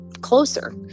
closer